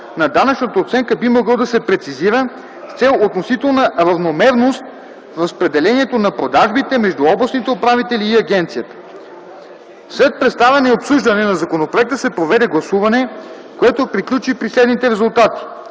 на данъчната оценка би могъл да се прецизира с цел относителна равномерност в разпределението на продажбите между областните управители и агенцията. След представяне и обсъждане на законопроекта се проведе гласуване, което приключи при следните резултати: